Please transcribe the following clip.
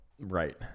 Right